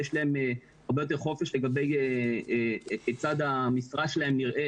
יש להם הרבה יותר חופש לגבי כיצד המשרה שלהם נראית,